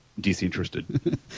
Disinterested